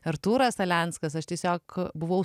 artūras alenskas aš tiesiog buvau